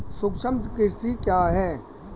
सूक्ष्म कृषि क्या है?